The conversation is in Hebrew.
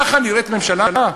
ככה נראית ממשלה?